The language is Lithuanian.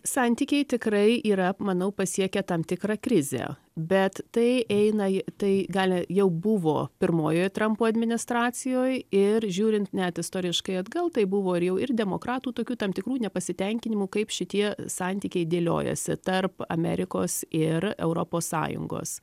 santykiai tikrai yra manau pasiekę tam tikrą krizę bet tai eina tai gali jau buvo pirmojoj trampo administracijoj ir žiūrint net istoriškai atgal tai buvo ir jau ir demokratų tokių tam tikrų nepasitenkinimų kaip šitie santykiai dėliojasi tarp amerikos ir europos sąjungos